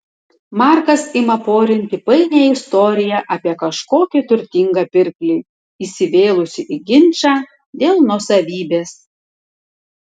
markas ima porinti painią istoriją apie kažkokį turtingą pirklį įsivėlusį į ginčą dėl nuosavybės